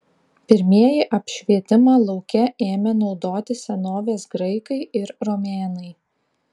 pirmieji apšvietimą lauke ėmė naudoti senovės graikai ir romėnai